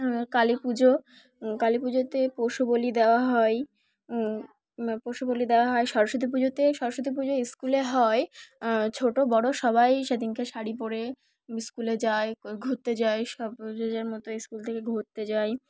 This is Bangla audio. কালী পুজো কালী পুজোতে পশু বলি দেওয়া হয় পশু বলি দেওয়া হয় সরস্বতী পুজোতে সরস্বতী পুজো স্কুলে হয় ছোটো বড়ো সবাই সেদিনকে শাড়ি পরে স্কুলে যায় ঘুরতে যায় মতো স্কুল থেকে ঘুরতে যাই